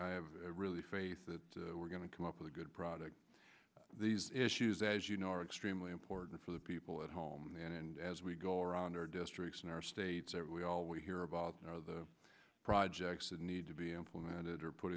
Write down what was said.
i have really faith that we're going to come up with a good product these issues as you know are extremely important for the people at home and as we go around our districts in our states we always hear about the projects that need to be implemented or put